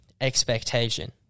expectation